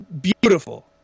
Beautiful